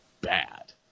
bad